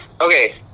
Okay